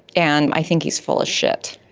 and i think he's full of shit,